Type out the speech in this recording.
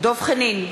דב חנין,